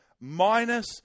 Minus